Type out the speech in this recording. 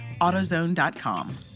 AutoZone.com